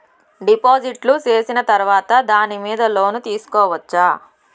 డిపాజిట్లు సేసిన తర్వాత దాని మీద లోను తీసుకోవచ్చా?